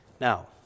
Now